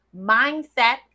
Mindset